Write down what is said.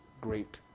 great